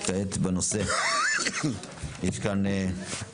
אנחנו ממשיכים בסדר-היום של הוועדה,